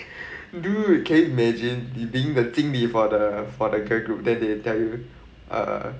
dude can you imagine being the 经理 for the for the girl group then they tell you err